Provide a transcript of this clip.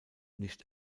nicht